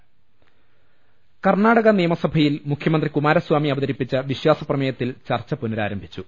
ൾ ൽ ൾ കർണാടക നിയമസഭയിൽ മുഖ്യമന്ത്രി കുമാരസ്വാമി അവത രിപ്പിച്ച വിശ്വാസ പ്രമേയത്തിൽ ചർച്ച പുനരാരംഭിച്ചു